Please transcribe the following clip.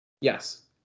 Yes